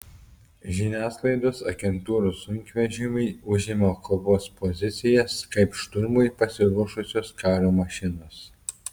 žiniasklaidos agentūrų sunkvežimiai užima kovos pozicijas kaip šturmui pasiruošusios karo mašinos